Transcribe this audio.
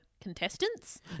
contestants